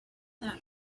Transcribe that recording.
that